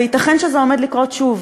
וייתכן שזה עומד לקרות שוב,